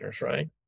right